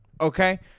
Okay